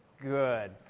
Good